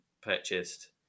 purchased